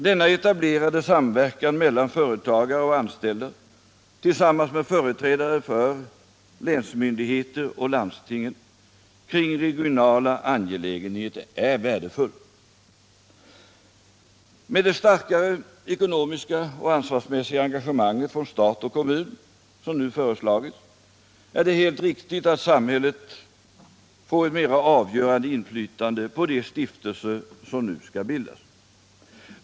Denna etablerade samverkan mellan företagare och anställda tillsammans med företrädare för länsmyndigheter och landsting kring regionala enheter är värdefull. Nr 56 Med det starka ekonomiska och ansvarsmässiga engagemang av stat Lördagen den och kommun som nu föreslagits är det helt riktigt att samhället får ett 17 december 1977 mera avgörande inflytande på de stiftelser som nu skall bildas.